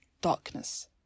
darkness